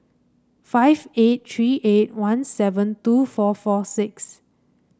five eight three eight one seven two four four six